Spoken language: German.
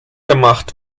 gemacht